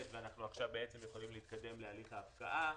ואנחנו עכשיו יכולים להתקדם להליך ההפקעה.